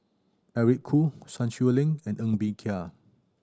Eric Khoo Sun Xueling and Ng Bee Kia